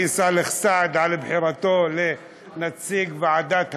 סאלח סעד על בחירתו לנציג ועדת המד'הב,